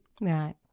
Right